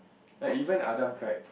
ah even Adam cried